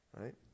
right